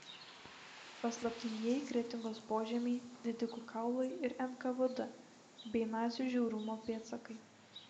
paslaptingieji kretingos požemiai didikų kaulai ir nkvd bei nacių žiaurumo pėdsakai